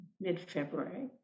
mid-February